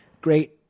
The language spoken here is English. great